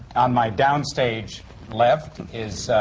on my downstage left is